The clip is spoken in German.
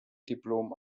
diplom